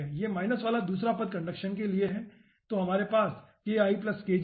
यह माइनस वाला दूसरा पद कंडक्शन के लिए है ठीक है